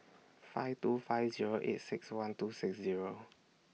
five two five Zero eight six one two six Zero